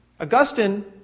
Augustine